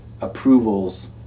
approvals